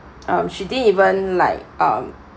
um she didn't even like um